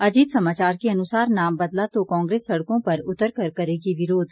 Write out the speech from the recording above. अजीत समाचार के अनुसार नाम बदला तो कांग्रेस सड़कों पर उतरकर करेगी विरोध